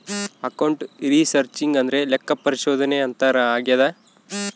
account researching ಅಂದ್ರೆ ಲೆಕ್ಕಪತ್ರ ಸಂಶೋಧನೆ ಅಂತಾರ ಆಗ್ಯದ